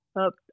up